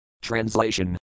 Translation